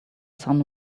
sun